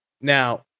Now